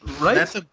right